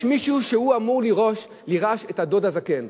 יש מישהו שהוא אמור לרשת את הדוד הזקן,